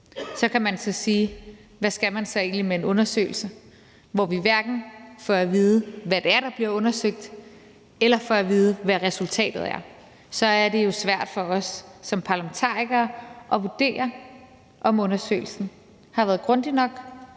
Så kan man sige: Hvad skal man så egentlig med en undersøgelse, hvor vi hverken får at vide, hvad det er, der bliver undersøgt, eller får at vide, hvad resultatet er? For så er det jo svært for os som parlamentarikere at vurdere, om undersøgelsen har været grundig nok,